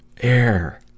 air